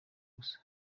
gusa